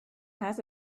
has